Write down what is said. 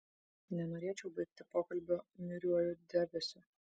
nenorėčiau baigti pokalbio niūriuoju debesiu